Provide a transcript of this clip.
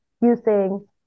using